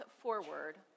forward